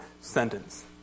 sentence